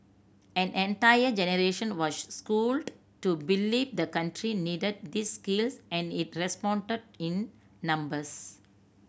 an entire generation was schooled to believe the country needed these skills and it responded in numbers